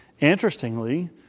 Interestingly